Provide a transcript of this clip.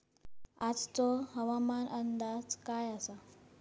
आजचो हवामान अंदाज काय आसा?